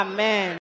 Amen